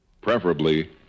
preferably